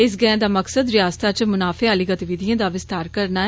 इस गैंह दा मकसद रिआसता च मुनाफे आहली गतिविधिएं दा विस्तार करना ऐ